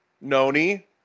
Noni